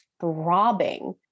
throbbing